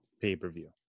pay-per-view